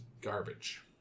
garbage